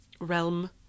realm